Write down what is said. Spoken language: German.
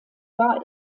war